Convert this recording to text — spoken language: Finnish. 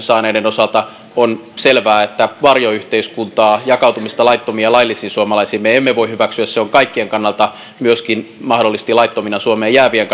saaneiden osalta on selvää että varjoyhteiskuntaa jakautumista laittomiin ja laillisiin suomalaisiin me emme voi hyväksyä se on kaikkien kannalta myöskin mahdollisesti laittomina suomeen jäävien